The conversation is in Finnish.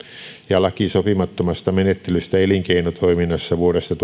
ja laki sopimattomasta menettelystä elinkeinotoiminnassa vuodesta